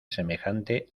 semejante